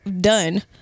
done